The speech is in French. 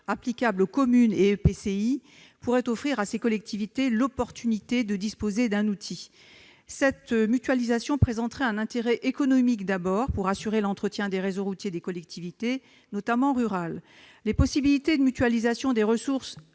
applicables aux communes et EPCI pourrait offrir à ces collectivités l'opportunité de disposer d'un outil. Cette mutualisation présenterait un intérêt économique d'abord pour assurer l'entretien des réseaux routiers des collectivités, notamment rurales. Les possibilités de mutualisation des ressources